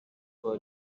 for